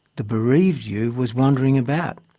the bereaved ewe was wandering about.